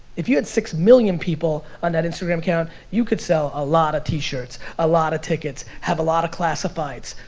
if you had six million people on that instagram account, you could sell a lot of t-shirts, a lot of tickets, have a lot of classifieds.